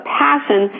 passion